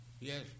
Yes